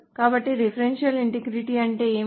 కాబట్టి referential integrity అంటే ఏమిటి